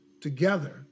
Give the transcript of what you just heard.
together